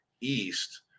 East